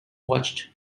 watched